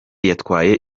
yatwaye